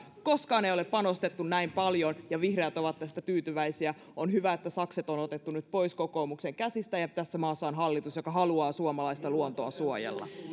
koskaan ei ole panostettu näin paljon ja vihreät ovat tästä tyytyväisiä on hyvä että sakset on on otettu nyt pois kokoomuksen käsistä ja tässä maassa on hallitus joka haluaa suomalaista luontoa suojella